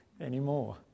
anymore